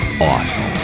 Awesome